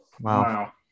wow